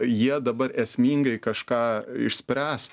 jie dabar esmingai kažką išspręs